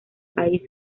país